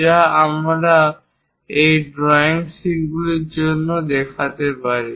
যা আমরা এই ড্রয়িং শীটগুলির জন্য দেখতে পারি